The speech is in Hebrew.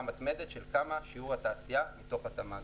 מתמדת של כמה שיעור התעשייה מתוך התמ"ג,